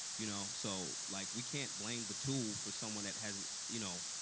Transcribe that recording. you know? so like we can't blame the tool for someone that has, you know,